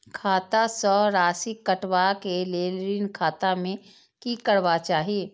खाता स राशि कटवा कै लेल ऋण खाता में की करवा चाही?